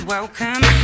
Welcome